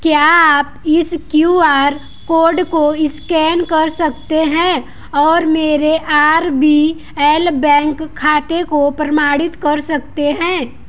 क्या आप इस क्यू आर कोड को स्कैन कर सकते हैं और मेरे आर बी एल बैंक खाते को प्रमाणित कर सकते हैं